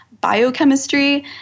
biochemistry